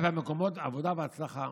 של מקומות עבודה והצלחה",